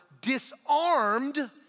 disarmed